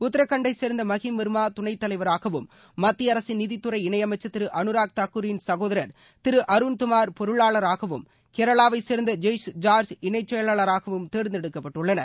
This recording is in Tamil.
உத்தரகாண்டைச் சேர்ந்த மஹிம் வர்மா துணைத் தலைவராகவும் மத்திய அரசின் நிதித்துறை இணையமைச்சர் திரு அனுராக் தாக்கூரின் சகோதரர் திரு அருண் துமர் பொருளாளராகவும் கேரளாவைச் சேர்ந்த ஜெய்ஷ் ஜார்ஜ் இணைச் செயலாளராகவும் தேர்ந்தெடுக்கப்பட்டுள்ளனர்